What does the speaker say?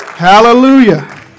Hallelujah